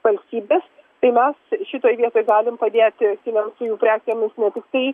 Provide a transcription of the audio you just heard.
valstybes tai mes šitoj vietoj galim padėti kinams su jų prekėmis ne tiktai